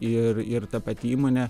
ir ir ta pati įmonė